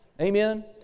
Amen